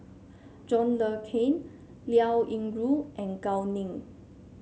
John Le Cain Liao Yingru and Gao Ning